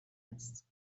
است